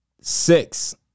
Six